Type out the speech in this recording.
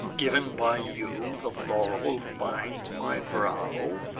giv'n by you, the laurel bind my brow,